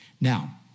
Now